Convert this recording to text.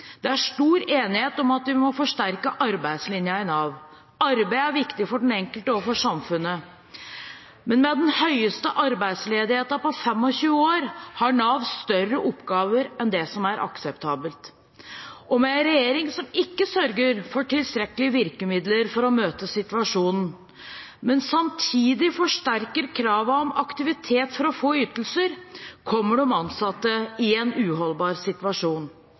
Det er stor enighet om at vi må forsterke arbeidslinjen i Nav. Arbeid er viktig for den enkelte og for samfunnet, men med den høyeste arbeidsledigheten på 25 år har Nav større oppgaver enn det som er akseptabelt. Med en regjering som ikke sørger for tilstrekkelig virkemidler for å møte situasjonen, men som samtidig forsterker kravet om aktivitet for å få ytelser, kommer de ansatte i en uholdbar situasjon.